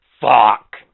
fuck